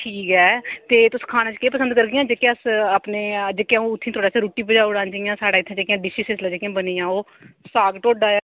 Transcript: ठीक ऐ ते तुस खाने च के पसंद करगी ओ जेह्के अस अपने जेह्के अऊं थुआढ़े आस्तै रुट्टी पजाई औड़ां जि'यां साढ़े इत्थै जेह्कियां डिशिज़ ऐल्लै इत्थै बनी दियां ओह् साग ढोडा ऐ